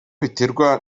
biterwa